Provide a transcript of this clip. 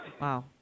Wow